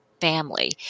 family